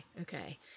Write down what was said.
Okay